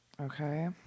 Okay